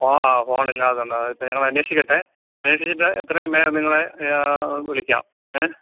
ആ ഫോണ് ഇല്ലാത്തതുകൊണ്ട് ഇപ്പം ഞങ്ങൾ അന്വേഷിക്കട്ടെ അന്വേഷിച്ചിട്ട് എത്രയും വേഗം നിങ്ങളെ വിളിക്കാം എ